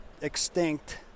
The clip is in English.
extinct